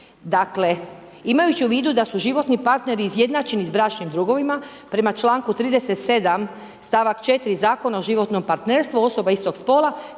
Dakle, imajući u vidu da su životni partneri izjednačeni sa bračnim drugovima prema članku 37. stavak 4. Zakona o životnom partnerstvu osoba istog spola,